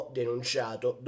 denunciato